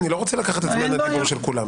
אני לא רוצה לקחת את זמן הדיבור של כולם.